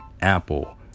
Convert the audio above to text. Apple